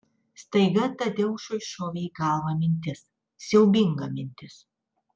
staiga tadeušui šovė į galvą mintis siaubinga mintis